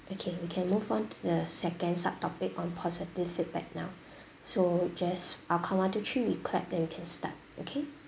okay we can move on to the second sub-topic on positive feedback now so just I'll count one two three we clap then we can start okay